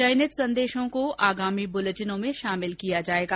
चयनित संदेशों को आगामी बुलेटिनों में शामिल किया जाएगा